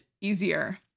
easier